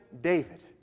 David